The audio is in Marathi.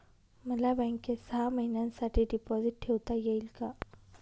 मला बँकेत सहा महिन्यांसाठी डिपॉझिट ठेवता येईल का?